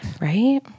right